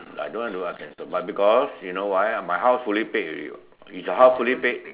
I don't want to cancel but because you know why my house fully paid already [what] is your house fully paid